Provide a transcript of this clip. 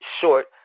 short